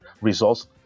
results